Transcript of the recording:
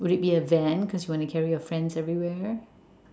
would it be a van because you want to carry your friends everywhere